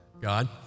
God